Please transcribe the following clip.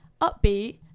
upbeat